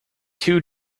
two